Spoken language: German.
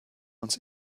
uns